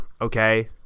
okay